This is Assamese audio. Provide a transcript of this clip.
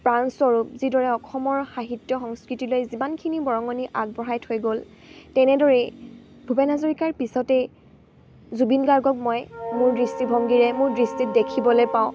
প্ৰাণস্বৰূপ যিদৰে অসমৰ সাহিত্য সংস্কৃতিলৈ যিমানখিনি বৰঙণি আগবঢ়াই থৈ গ'ল তেনেদৰেই ভূপেন হাজৰিকাৰ পিছতেই জুবিন গাৰ্গক মই মোৰ দৃষ্টিভংগীৰে মোৰ দৃষ্টিত দেখিবলৈ পাওঁ